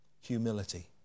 Humility